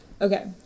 Okay